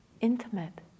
intimate